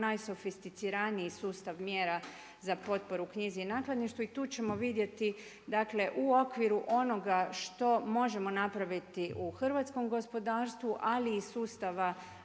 najsofisticiraniji sustav mjera za potporu knjizi i nakladništvu i tu ćemo vidjeti u okviru onoga što možemo napraviti u hrvatskom gospodarstvu, ali i sustava